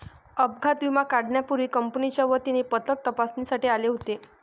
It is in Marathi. अपघात विमा काढण्यापूर्वी कंपनीच्या वतीने पथक तपासणीसाठी आले होते